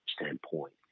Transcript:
standpoint